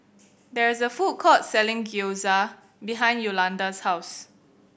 there is a food court selling Gyoza behind Yolonda's house